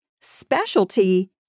specialty